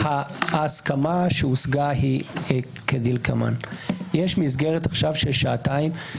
ההסכמה שהושגה היא כדלקמן: יש מסגרת של שעתיים עכשיו,